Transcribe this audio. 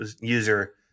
user